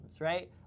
right